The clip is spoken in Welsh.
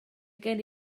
gen